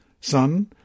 Son